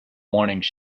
warnings